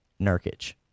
Nurkic